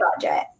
budget